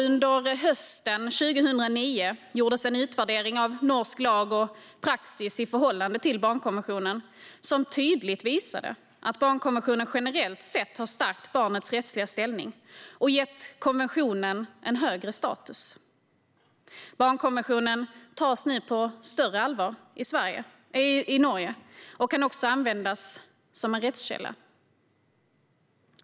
Under hösten 2009 gjordes en utvärdering av norsk lag och praxis i förhållande till barnkonventionen som tydligt visade att barnkonventionen generellt sett har stärkt barnets rättsliga ställning och gett konventionen en högre status. Barnkonventionen tas nu på större allvar i Norge och kan också användas som en rättskälla.